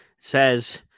says